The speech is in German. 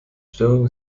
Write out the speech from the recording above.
störung